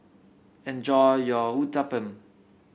enjoy your Uthapam